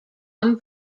rum